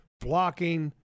Blocking